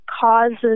causes